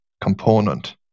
component